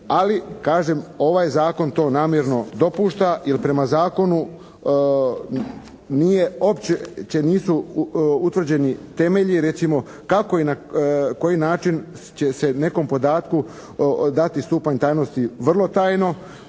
Ali kažem ovaj zakon to namjerno dopušta jer prema zakonu nije, uopće nisu utvrđeni temelji recimo kako i na koji način će se nekom podatku dati stupanj tajnosti vrlo tajno,